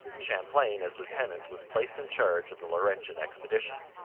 champlain, as lieutenant, was placed in charge of the laurentian expedition.